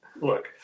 Look